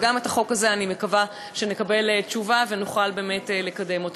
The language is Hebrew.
וגם לחוק הזה אני מקווה שנקבל תשובה ונוכל לקדם אותו.